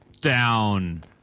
down